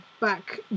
back